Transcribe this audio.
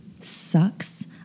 sucks